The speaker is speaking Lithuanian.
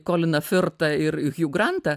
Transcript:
koliną firtą ir hiu grantą